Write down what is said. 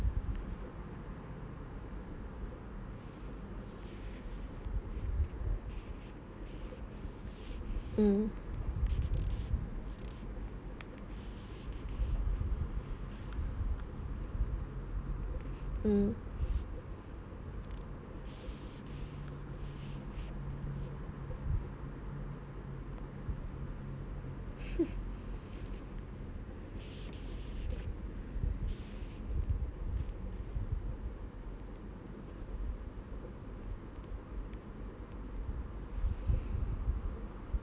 mm mm